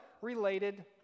related